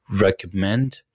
recommend